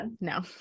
no